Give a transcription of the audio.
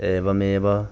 एवमेव